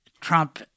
Trump